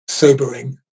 Sobering